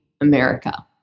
America